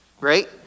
right